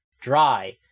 dry